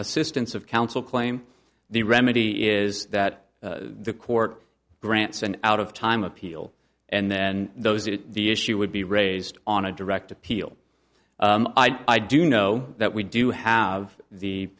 assistance of counsel claim the remedy is that the court grants an out of time appeal and then those to the issue would be raised on a direct appeal i do know that we do have the